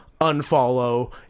unfollow